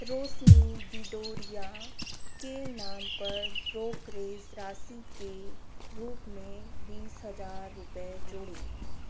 रोशनी डिडोरिया के नाम पर ब्रोकरेज राशि के रूप में रूप में बीस हज़ार रुपये जोड़ें